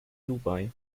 dubai